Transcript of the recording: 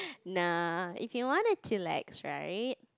nah if you wanna chillax right